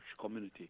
community